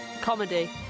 Comedy